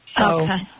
Okay